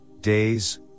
days